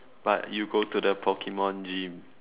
but you go to the pokemon gym